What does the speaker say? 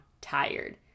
tired